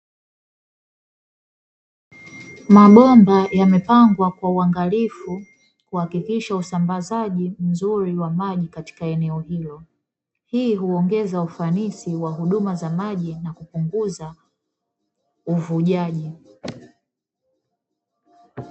Mabomba yamepangwa kwa uangalifu kuhakikisha usambazaji mzuri wa maji katika eneo hilo, hii huongeza ufanisi wa huduma za maji na kupunguza uvujaji .